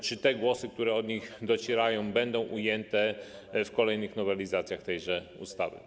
Czy te głosy, które od nich docierają, będą ujęte w kolejnych nowelizacjach tejże ustawy?